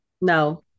No